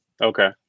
Okay